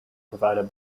provided